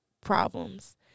problems